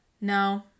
No